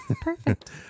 Perfect